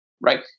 Right